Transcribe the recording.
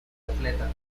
atleta